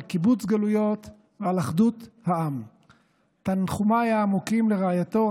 איך הכשרות הזו, היא כשרות טובה?